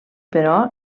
però